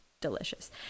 Delicious